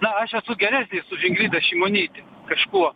na aš esu geresnis už ingridą šimonytę kažkuo